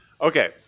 okay